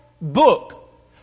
book